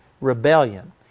rebellion